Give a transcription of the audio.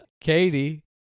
Katie